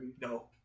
No